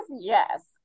yes